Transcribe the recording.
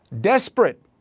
desperate